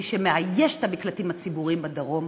מי שמאייש את המקלטים הציבוריים בדרום